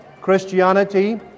christianity